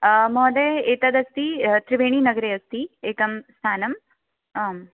महोदय एतदस्ति त्रिवेणीनगरे अस्ति एकं स्थानम् आम्